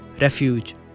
refuge